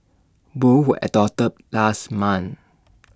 both were adopted last month